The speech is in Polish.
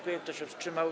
Kto się wstrzymał?